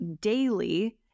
daily